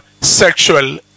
sexual